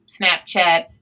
Snapchat